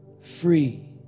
free